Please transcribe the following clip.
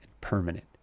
permanent